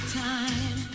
time